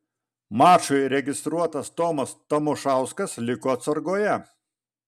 mačui registruotas tomas tamošauskas liko atsargoje